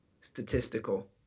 Statistical